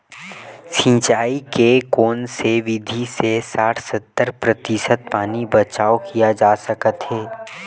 सिंचाई के कोन से विधि से साठ सत्तर प्रतिशत पानी बचाव किया जा सकत हे?